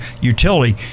utility